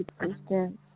existence